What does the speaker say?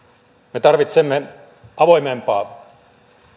me tarvitsemme avoimempaa